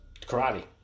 Karate